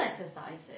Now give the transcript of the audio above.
exercises